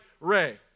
Ray